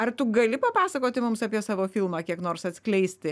ar tu gali papasakoti mums apie savo filmą kiek nors atskleisti